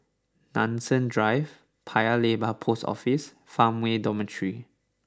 Nanson Drive Paya Lebar Post Office Farmway Dormitory